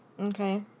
Okay